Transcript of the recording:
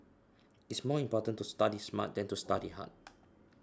it is more important to study smart than to study hard